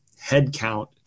headcount